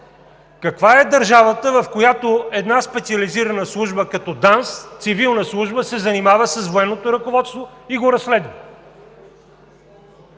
Каква е държавата, в която една специализирана служба като ДАНС, цивилна служба, се занимава с военното ръководство и го разследва?